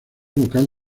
vocal